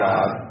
God